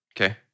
Okay